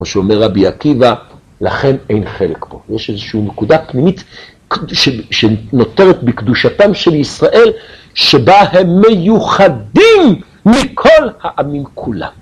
או שאומר רבי עקיבא לכן אין חלק פה, יש איזושהי נקודה פנימית שנותרת בקדושתם של ישראל שבה הם מיוחדים מכל העמים כולם.